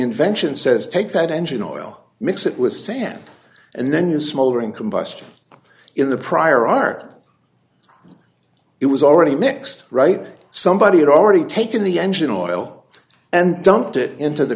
invention says take that engine oil mix it with sand and then a smoldering combustion in the prior art it was already mixed right somebody had already taken the engine oil and dumped it into the